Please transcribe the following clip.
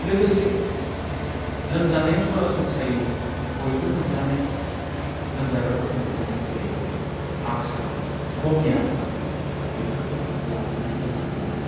लोगोसे लोमजानायाव सरासनस्रायै बयबो मोनजानाय लोमजाग्राफोर मोनजानाय जेरै आथा गमनि आथा बेफोरखौ लाबोनानै दोनखानाया मोजां